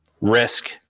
risk